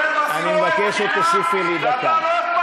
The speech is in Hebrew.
יושב-ראש, אני מבקש שתוסיפי לי דקה.